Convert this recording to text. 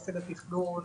התכנון,